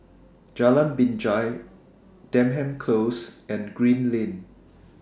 Jalan Binjai Denham Close and Green Lane